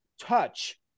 touch